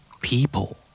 people